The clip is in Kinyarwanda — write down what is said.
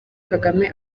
kagame